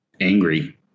angry